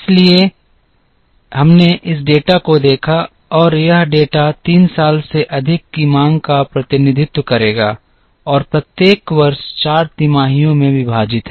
इसलिए हमने इस डेटा को देखा और यह डेटा 3 साल से अधिक की मांग का प्रतिनिधित्व करेगा और प्रत्येक वर्ष 4 तिमाहियों में विभाजित है